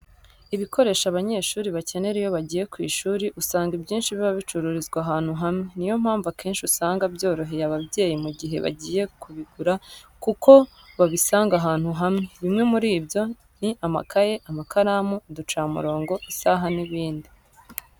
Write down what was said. Ibikoresho abanyeshuri bakenera iyo bagiye ku ishuri, usanga ibyinshi biba bicururizwa ahantu hamwe. Niyo mpamvu akenshi usanga byoroheye ababyeyi mu gihe bagiye kubigura kuko babisanga ahantu hamwe. Bimwe muri byo ni amakayi, amakaramu, uducamurongo, isaha n'ibindi.